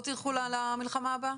לא תלכו למלחמה הבאה?